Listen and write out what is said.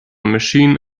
machine